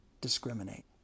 discriminate